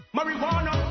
Marijuana